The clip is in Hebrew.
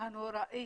הנוראי